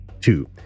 two